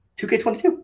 2K22